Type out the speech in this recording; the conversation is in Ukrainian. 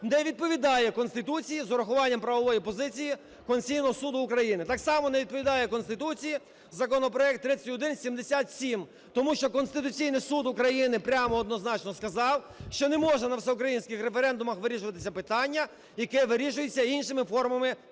не відповідає Конституції з урахуванням правової позиції Конституційного Суду України. Так само не відповідає Конституції законопроект 3177, тому що Конституційний Суд України прямо однозначно сказав, що не може на всеукраїнських референдумах вирішуватися питання, яке вирішується іншими формами безпосередньо